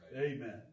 Amen